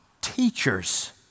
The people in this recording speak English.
teachers